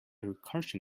recursion